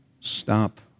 stop